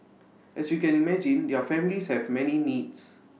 as you can imagine their families have many needs